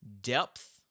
depth